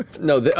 no,